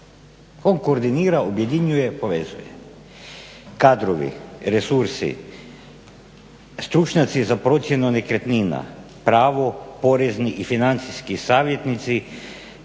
On koordinira, objedinjuje, povezuje. Kadrovi, resursi, stručnjaci za procjenu nekretnina, pravo, porezni i financijski savjetnici